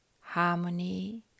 harmony